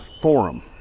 forum